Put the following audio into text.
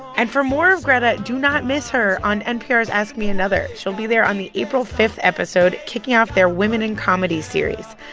and for more greta, do not miss her on npr's ask me another. she'll be there on the april five episode, kicking off their women in comedy series.